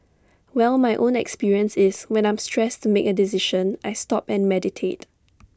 well my own experience is when I'm stressed to make A decision I stop and meditate